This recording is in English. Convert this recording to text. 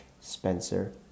Spencer